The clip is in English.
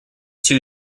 two